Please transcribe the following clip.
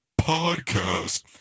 podcast